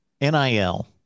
NIL